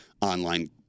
online